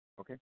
okay